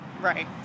right